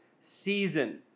season